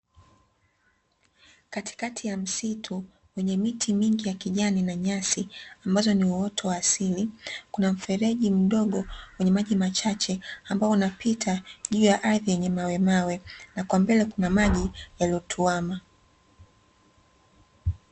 Katikati ya msitu wenye miti mingi ya kijani na nyasi ambazo ni uoto wa asili, kuna mfereji mdogo wenye maji machache ambao unapita juu ya ardhi yenye mawe mawe, na kwa mbele kuna maji yaliyotuama.